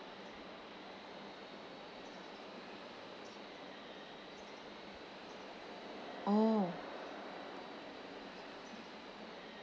oh